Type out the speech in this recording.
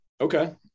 Okay